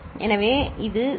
எனவே இது சி